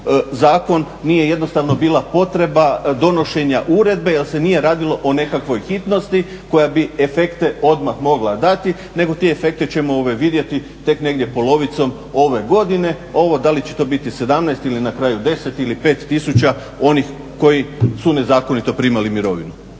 zakon. Nije jednostavno bila potreba donošenja uredbe jer se nije radilo o nekakvoj hitnosti koja bi efekte odmah mogla dati, nego ti efekti ćemo vidjeti tek negdje polovicom ove godine. Ovo da li će to biti 17 ili na kraju 10 ili 5 tisuća onih koji su nezakonito primali mirovinu.